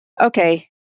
okay